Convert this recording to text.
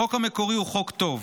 החוק המקורי הוא חוק טוב.